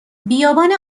بیابان